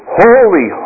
holy